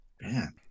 man